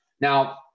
Now